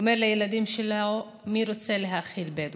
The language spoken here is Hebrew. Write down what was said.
אומר לילדים שלו: מי רוצה להאכיל בדואי?